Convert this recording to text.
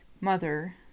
mother